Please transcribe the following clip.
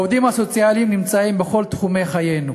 העובדים הסוציאליים נמצאים בכל תחומי חיינו,